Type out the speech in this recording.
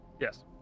Yes